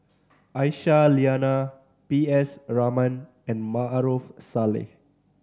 Aisyah Lyana P S Raman and Maarof Salleh